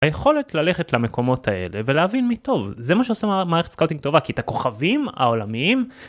היכולת ללכת למקומות האלה ולהבין מי טוב, זה מה שעושה מערכת סקאוטינג טובה כי את הכוכבים העולמיים